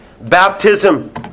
Baptism